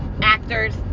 actors